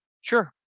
Sure